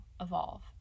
evolve